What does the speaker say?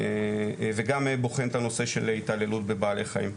וגם בוחן את הנושא של התעללות בבעלי חיים.